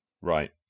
Right